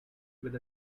with